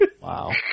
wow